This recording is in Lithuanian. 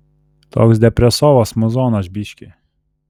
toks depresovas muzonas biškį